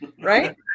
right